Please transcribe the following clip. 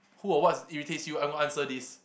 who or what irritates you are you gonna answer this